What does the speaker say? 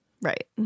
Right